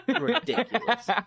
ridiculous